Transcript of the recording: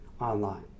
online